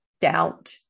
doubt